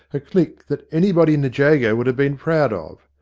a click that anybody in the jago would have been proud of.